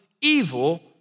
evil